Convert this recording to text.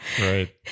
Right